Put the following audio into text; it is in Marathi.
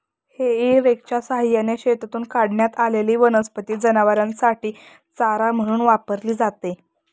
हेई रेकच्या सहाय्याने शेतातून काढण्यात आलेली वनस्पती जनावरांसाठी चारा म्हणून वापरली जाते